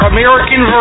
American